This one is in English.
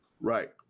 Right